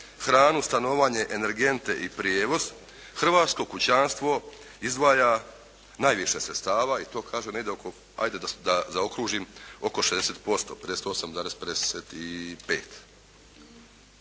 hranu, stanovanje, energente i prijevoz hrvatsko kućanstvo izdvaja najviše sredstava i to kaže negdje oko ajde da zaokružim oko 60%, 58,55.